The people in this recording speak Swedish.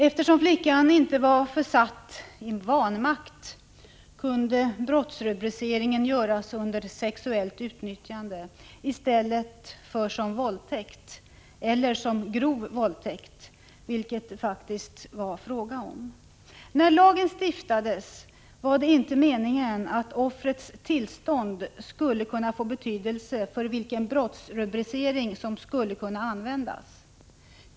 Eftersom flickan inte var ”försatt i vanmakt” kunde brottsrubriceringen ”sexuellt utnyttjande” användas i stället för ”våldtäkt” eller ”grov våldtäkt” vilket det faktiskt var fråga om. När lagen stiftades var det inte meningen att offrets tillstånd skulle kunna få betydelse för vilken brottsrubricering som skulle kunna användas.